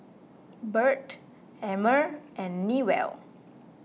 Burt Emmer and Newell